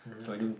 so I don't